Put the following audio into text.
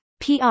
PR